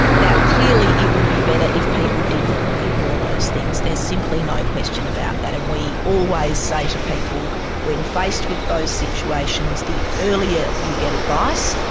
now clearly it would be better if people didn't ignore those things. there's simply no question about that, and we always say to people when faced with those situations the earlier you get advice,